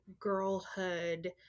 girlhood